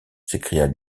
s’écria